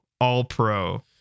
all-pro